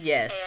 Yes